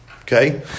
Okay